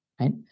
right